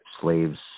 slaves